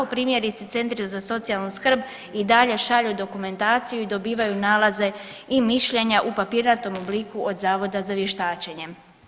Primjerice, centri za socijalnu skrb i dalje šalju dokumentaciju i dobivaju nalaze i mišljenja u papirnatom obliku od zavoda za vještačenje.